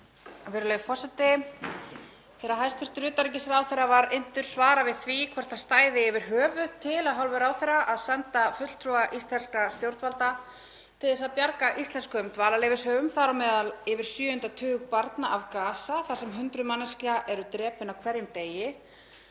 Þegar hæstv. utanríkisráðherra var inntur svara við því hvort stæði yfir höfuð til af hálfu ráðherra að senda fulltrúa íslenskra stjórnvalda til þess að bjarga íslenskum dvalarleyfishöfum, þar á meðal yfir sjöunda tug barna, af Gaza þar sem hundruð manneskja eru drepin á hverjum degi